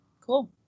Cool